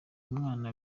umwana